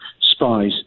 spies